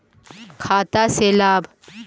खाता से लाभ?